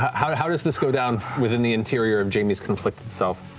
how how does this go down within the interior of jamie's conflicted self?